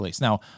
Now